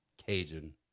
cajun